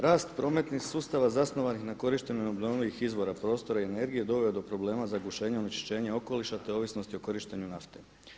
Rast prometnih sustava zasnovanih na korištenju obnovljivih izvora prostora i energije doveo je do promela zagušenja onečišćenja okoliša te ovisnosti o korištenju nafte.